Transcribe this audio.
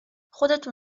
خودتون